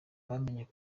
bamenye